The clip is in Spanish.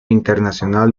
internacional